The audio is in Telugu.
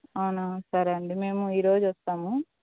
అవునా సరే అండి మేము ఈ రోజు వస్తాము